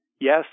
Yes